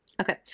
Okay